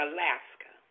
Alaska